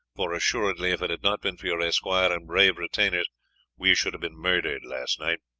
for assuredly if it had not been for your esquire and brave retainers we should have been murdered last night.